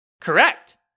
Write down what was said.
Correct